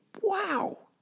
wow